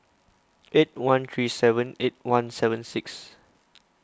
eight one three seven eight one seven six